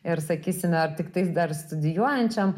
ir sakysimear tiktais dar studijuojančiam